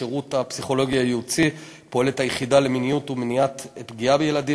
בשירות הפסיכולוגי-הייעוצי פועלת היחידה למיניות ולמניעת פגיעה בילדים,